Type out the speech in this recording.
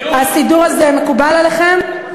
צביעות, הסידור הזה מקובל עליכם?